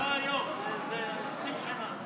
זה לא היום, זה 20 שנה.